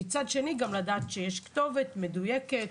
ומצד אחר גם לדעת שיש כתובת מדויקת.